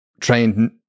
trained